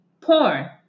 porn